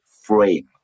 frame